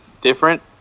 different